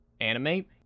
animate